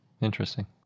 Interesting